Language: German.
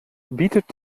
bietet